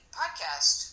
podcast